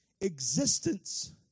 existence